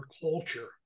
culture